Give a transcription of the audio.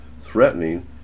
threatening